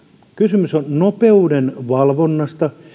kysymys on nopeuden valvonnasta